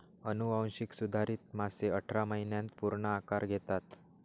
अनुवांशिक सुधारित मासे अठरा महिन्यांत पूर्ण आकार घेतात